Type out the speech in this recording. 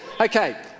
Okay